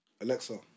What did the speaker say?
Alexa